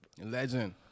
legend